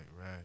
right